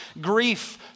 grief